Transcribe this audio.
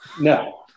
no